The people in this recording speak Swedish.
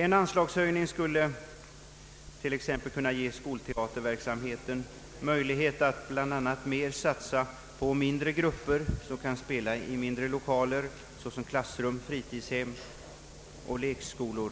En anslagshöjning skulle t.ex. kunna ge skolteaterverksamheten möjlighet att mer satsa på mindre grupper som kan framträda i små lokaler såsom klassrum, fritidshem och lekskolor.